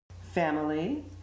family